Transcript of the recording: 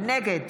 נגד